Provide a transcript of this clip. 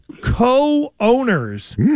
co-owners